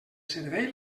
servei